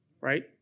right